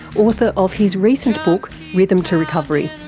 author of his recent book rhythm to recovery.